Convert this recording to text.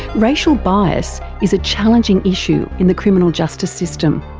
racial bias is a challenging issue in the criminal justice system.